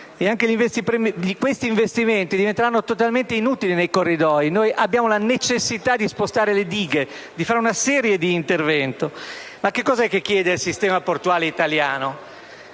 anche questi investimenti diventeranno totalmente inutili nei Corridoi. Noi abbiamo la necessità di spostare le dighe e di fare una serie di interventi. Ma che cosa chiede il sistema portuale italiano?